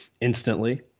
instantly